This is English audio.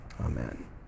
Amen